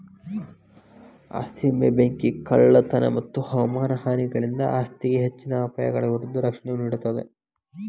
ಆಸ್ತಿ ವಿಮೆ ಬೆಂಕಿ ಕಳ್ಳತನ ಮತ್ತ ಹವಾಮಾನ ಹಾನಿಗಳಿಂದ ಆಸ್ತಿಗೆ ಹೆಚ್ಚಿನ ಅಪಾಯಗಳ ವಿರುದ್ಧ ರಕ್ಷಣೆ ನೇಡ್ತದ